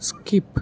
skip